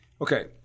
Okay